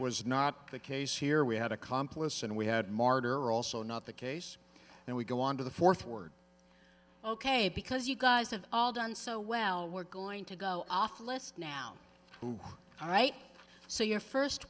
was not the case here we had accomplice and we had martyr also not the case and we go on to the fourth word ok because you guys have all done so well we're going to go off list now all right so your first